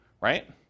right